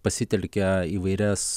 pasitelkia įvairias